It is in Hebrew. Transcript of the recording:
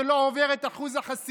שלא עובר את אחוז החסימה,